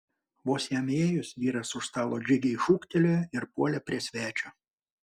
vos jam įėjus vyras už stalo džiugiai šūktelėjo ir puolė prie svečio